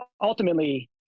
ultimately